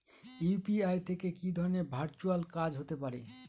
UPI থেকে কি ধরণের ভার্চুয়াল কাজ হতে পারে?